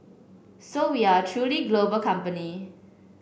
so we are a truly global company